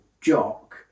jock